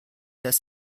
das